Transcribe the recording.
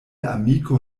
amiko